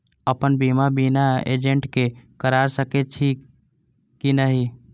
अपन बीमा बिना एजेंट के करार सकेछी कि नहिं?